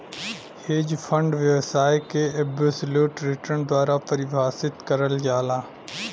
hedge fund व्यवसाय के absolute return द्वारा परिभाषित करल जाला